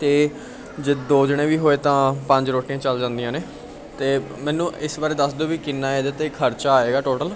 ਅਤੇ ਜੇ ਦੋ ਜਣੇ ਵੀ ਹੋਏ ਤਾਂ ਪੰਜ ਰੋਟੀਆਂ ਚੱਲ ਜਾਂਦੀਆਂ ਨੇ ਅਤੇ ਮੈਨੂੰ ਇਸ ਬਾਰੇ ਦੱਸ ਦਿਓ ਵੀ ਕਿੰਨਾ ਇਹਦੇ 'ਤੇ ਖਰਚਾ ਆਏਗਾ ਟੋਟਲ